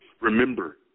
Remember